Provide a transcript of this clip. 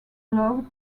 allowed